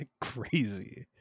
crazy